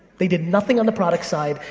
they did nothing on the product side.